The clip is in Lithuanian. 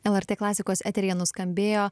lrt klasikos eteryje nuskambėjo